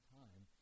time